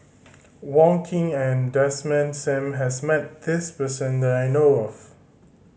Wong Keen and Desmond Sim has met this person that I know of